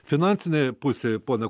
finansinė pusė pone